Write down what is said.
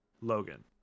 Logan